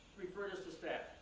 refer this to staff.